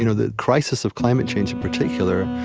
you know the crisis of climate change, in particular,